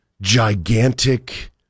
gigantic